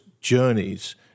journeys